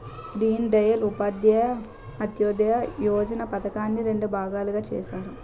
దీన్ దయాల్ ఉపాధ్యాయ అంత్యోదయ యోజన పధకాన్ని రెండు భాగాలుగా చేసారు